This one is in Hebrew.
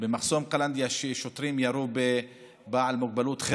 ששוטרים ירו בבעל מוגבלות,